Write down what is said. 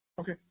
Okay